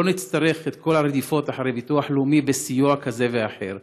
לא נצטרך את כל הרדיפות אחרי ביטוח לאומי לסיוע כזה ואחר,